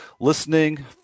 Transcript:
listening